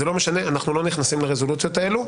זה לא משנה, אנחנו לא נכנסים לרזולוציות האלה.